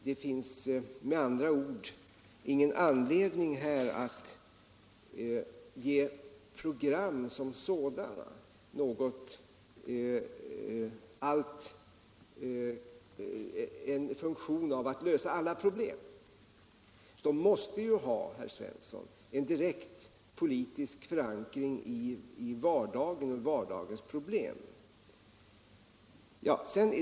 Det finns med andra ord ingen anledning att ge program som sådana en funktion av att lösa alla problem. De måste ju, herr Svensson, ha en direkt politisk förankring i vardagen och dess svårigheter.